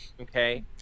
Okay